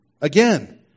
again